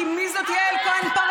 כי מי זאת יעל כהן-פארן,